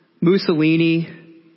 Mussolini